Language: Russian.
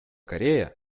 корея